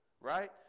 right